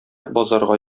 базарга